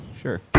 Sure